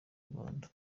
rwanda